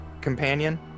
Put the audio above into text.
companion